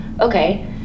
okay